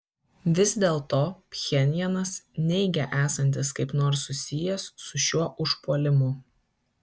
vis dėlto pchenjanas neigia esantis kaip nors susijęs su šiuo užpuolimu